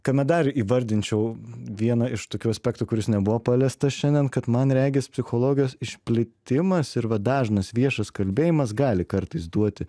kame dar įvardinčiau vieną iš tokių aspektų kuris nebuvo paliestas šiandien kad man regis psichologijos išplitimas ir va dažnas viešas kalbėjimas gali kartais duoti